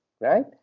right